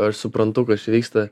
aš suprantu kas čia vyksta